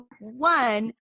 One